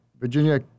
Virginia